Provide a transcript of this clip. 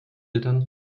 eltern